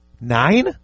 Nine